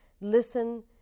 listen